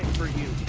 for you